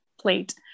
plate